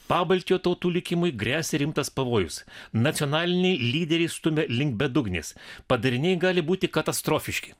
pabaltijo tautų likimui gresia rimtas pavojus nacionaliniai lyderiai stumia link bedugnės padariniai gali būti katastrofiški